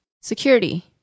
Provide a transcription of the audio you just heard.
security